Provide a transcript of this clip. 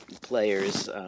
players